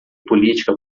política